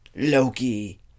loki